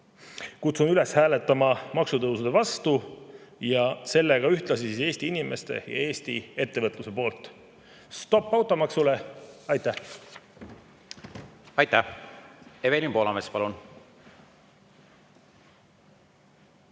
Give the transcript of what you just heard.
Kutsun üles hääletama maksutõusude vastu ja sellega ühtlasi Eesti inimeste ja Eesti ettevõtluse poolt. Stopp automaksule! Aitäh! Aitäh! Evelin Poolamets, palun!